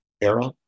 era